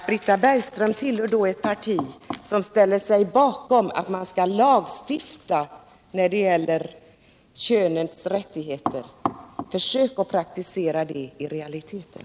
Britta Bergström tillhör ändå ett parti som anser att man skall lagstifta när det gäller könens rättigheter.. Försök praktisera det i realiteten!